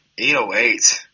808